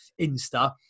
Insta